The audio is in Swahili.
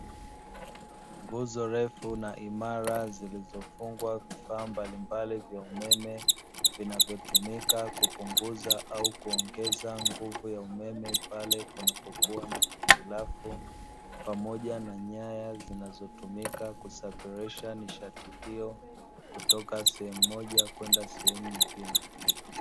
Nguzo ndefu na imara, zilizofungwa vifaa mbalimbali vya umeme vinavyotumika kupunguza au kuongeza nguvu ya umeme, pale unapokuwa na hitilafu. Pamoja na nyaya zinazotumika kusafirisha nishati hiyo, kutoka sehemu moja kwenda sehemu nyingine.